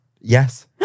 Yes